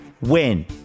Win